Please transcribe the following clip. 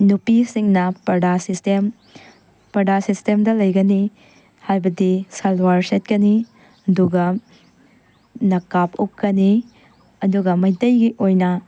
ꯅꯨꯄꯤꯁꯤꯡꯅ ꯄ꯭ꯔꯗꯥ ꯁꯤꯁꯇꯦꯝ ꯄ꯭ꯔꯗꯥ ꯁꯤꯁꯇꯦꯝꯗ ꯂꯩꯒꯅꯤ ꯍꯥꯏꯕꯗꯤ ꯁꯜꯋꯥꯔ ꯁꯦꯠꯀꯅꯤ ꯑꯗꯨꯒ ꯅꯀꯥꯞ ꯎꯞꯀꯅꯤ ꯑꯗꯨꯒ ꯃꯩꯇꯩꯒꯤ ꯑꯣꯏꯅ